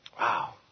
Wow